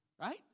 Right